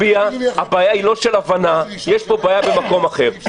הבעיה היא לא של הבנה, יש בעיה של מקום אחר.